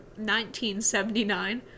1979